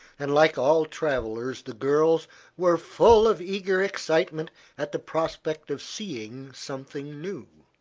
and like all travellers the girls were full of eager excitement at the prospect of seeing something new.